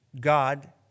God